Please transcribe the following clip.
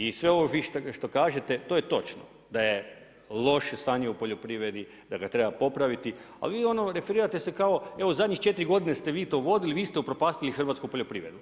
I sve ovo vi što kažete to je točno da je loše stanje u poljoprivredi, da ga treba popraviti ali vi ono referirate se kao evo zadnjih 4 godine ste vi to vodili, vi ste upropastili hrvatsku poljoprivredu.